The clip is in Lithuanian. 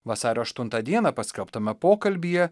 vasario aštuntą dieną paskelbtame pokalbyje